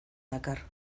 dakar